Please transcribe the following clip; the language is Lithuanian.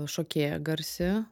šokėja garsi